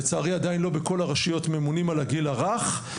לצערי עדיין לא בכל הרשויות ממונים על הגיל הרך,